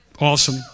awesome